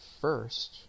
First